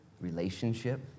relationship